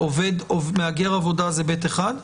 מהגר עבודה זה ב/1?